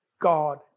God